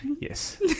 Yes